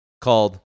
called